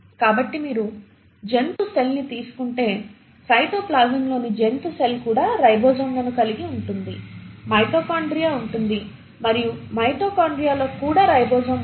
కాబట్టి మీరు జంతు సెల్ ని తీసుకుంటే సైటోప్లాజంలోని జంతు సెల్ కూడా రైబోజోమ్లను కలిగి ఉంటుంది మైటోకాండ్రియా ఉంటుంది మరియు మైటోకాండ్రియాలో కూడా రైబోజోమ్ ఉంటుంది